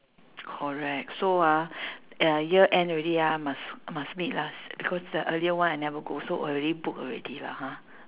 correct so ah uh year end already ah must must meet lah because the earlier one I never go so already book already lah ha